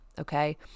Okay